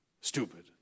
Stupid